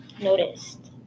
noticed